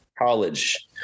College